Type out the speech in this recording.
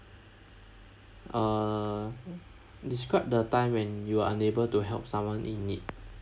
err described the time when you are unable to help someone in need